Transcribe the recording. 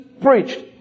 preached